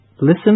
Listen